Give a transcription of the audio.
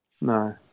no